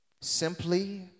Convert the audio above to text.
simply